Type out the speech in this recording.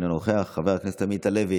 אינו נוכח, חבר הכנסת רון כץ,